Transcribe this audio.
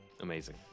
Amazing